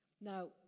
Now